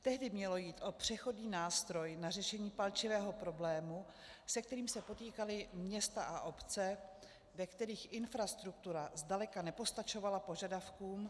Tehdy mělo jít o přechodný nástroj na řešení palčivého problému, se kterým se potýkala města a obce, ve kterých infrastruktura zdaleka nepostačovala požadavkům.